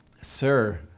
Sir